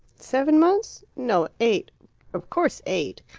seven months? no, eight of course eight.